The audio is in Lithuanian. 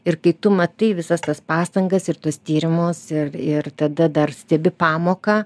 ir kai tu matai visas tas pastangas ir tuos tyrimus ir ir tada dar stebi pamoką